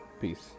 Peace